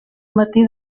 matí